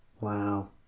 Wow